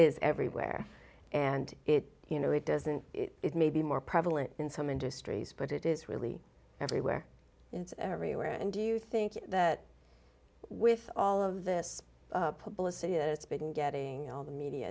is everywhere and it you know it doesn't it may be more prevalent in some industries but it is really everywhere it's everywhere and do you think that with all of this publicity that it's been getting all the media